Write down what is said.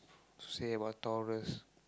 say about Taurus